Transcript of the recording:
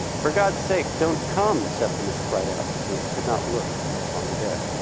for god's sake, don't come septimus cried out, for he could not look upon the dead.